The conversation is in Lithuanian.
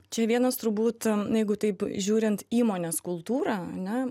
čia vienas turbūt jeigu taip žiūrint įmonės kultūrą ane